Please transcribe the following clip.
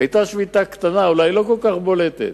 היתה שביתה קטנה, אולי לא כל כך בולטת,